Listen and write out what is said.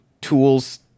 tools